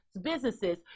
businesses